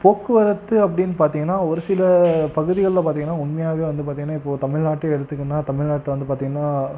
போக்குவரத்து அப்படின்னு பார்த்திங்கன்னா ஒருசில பகுதிகளில் பார்த்திங்கன்னா உண்மையாகவே வந்து பார்த்திங்கன்னா இப்போது தமிழ்நாட்டை எடுத்துக்கின்னா தமிழ்நாட்டில் வந்து பார்த்திங்கன்னா